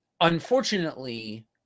unfortunately